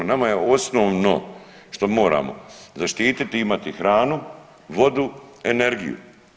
Nama je osnovno što moramo zaštiti i imati hranu, vodu, energiju.